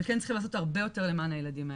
אבל כן צריכים לעשות הרבה יותר למען הילדים האלה.